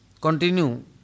continue